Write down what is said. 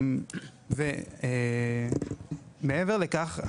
מעבר לכך,